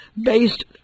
based